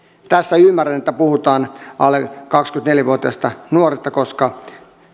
ymmärrän että tässä puhutaan alle kaksikymmentäneljä vuotiaista nuorista koska